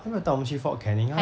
都没有带我们去 fort canning ah